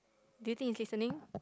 do you think he's listening